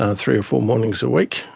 um three or four mornings a week,